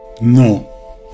No